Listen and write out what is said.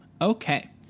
Okay